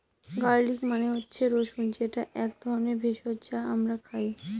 garlic মানে হচ্ছে রসুন যেটা এক ধরনের ভেষজ যা আমরা খাই